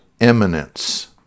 eminence